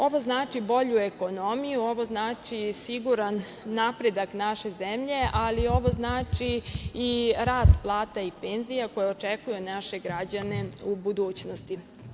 Ovo znači bolju ekonomiju, ovo znači siguran napredak naše zemlje, ali ovo znači i rast plata i penzija koje očekuje naše građane u budućnosti.